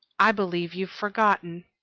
i believe you've forgotten.